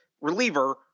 reliever